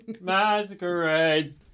masquerade